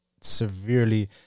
severely